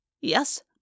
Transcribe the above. Yes